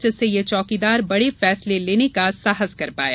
जिससे यह चौकीदार बड़े फैंसले लेने का साहस कर पाया